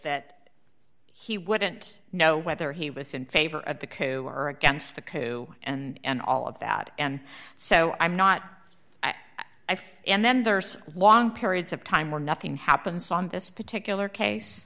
that he wouldn't know whether he was in favor of the coup or against the coup and all of that and so i'm not and then there's long periods of time where nothing happens on this particular case